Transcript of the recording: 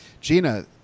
Gina